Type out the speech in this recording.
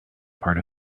part